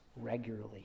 regularly